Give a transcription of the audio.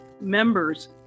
members